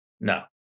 no